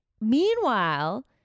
meanwhile